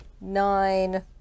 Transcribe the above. Nine